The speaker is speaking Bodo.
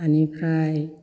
ओनिफ्राय